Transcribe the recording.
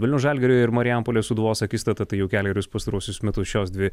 vilniaus žalgirio ir marijampolės sūduvos akistatą tai jau kelerius pastaruosius metus šios dvi